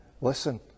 listen